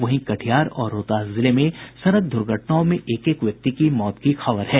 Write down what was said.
वहीं कटिहार और रोहतास जिले में सड़क दुर्घटनाओं में एक एक व्यक्ति की मौत हो गयी